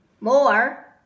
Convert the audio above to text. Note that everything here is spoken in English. more